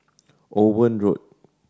Owen Road